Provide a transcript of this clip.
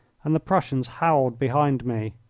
and the prussians howled behind me.